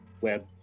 web